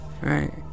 Right